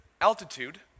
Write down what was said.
altitude